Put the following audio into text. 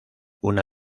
una